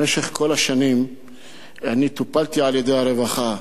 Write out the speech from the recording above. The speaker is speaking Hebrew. במשך כל השנים אני טופלתי על-ידי הרווחה.